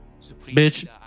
Bitch